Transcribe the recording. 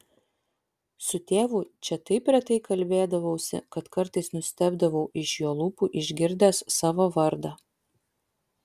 su tėvu čia taip retai kalbėdavausi kad kartais nustebdavau iš jo lūpų išgirdęs savo vardą